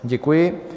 Děkuji.